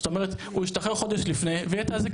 זאת אומרת שהוא השתחרר חודש לפני ויהיה את האזיק